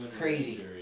crazy